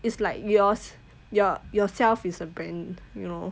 it's like yours your yourself is a brand you know